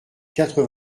quatre